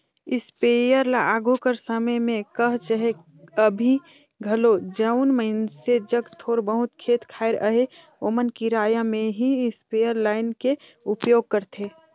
sprayer ल आघु कर समे में कह चहे अभीं घलो जउन मइनसे जग थोर बहुत खेत खाएर अहे ओमन किराया में ही इस्परे लाएन के उपयोग करथे